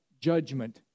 judgment